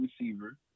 receiver